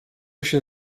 się